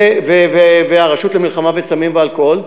והרשות למלחמה בסמים ואלכוהול,